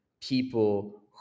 people